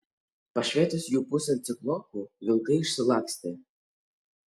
pašvietus jų pusėn ciklopu vilkai išsilakstė